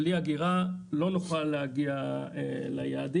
בלי אגירה לא נוכל להגיע ליעדים,